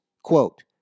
Quote